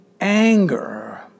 anger